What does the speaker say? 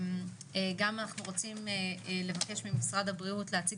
גם אנחנו רוצים לבקש ממשרד הבריאות להציג